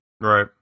Right